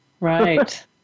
Right